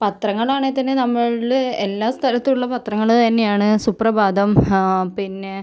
പത്രങ്ങളാണേൽ തന്നെയും നമ്മൾടെ എല്ലാ സ്ഥലത്തുള്ള പത്രങ്ങള് തന്നെയാണ് സുപ്രഭാതം പിന്നെ